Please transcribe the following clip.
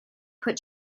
put